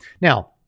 Now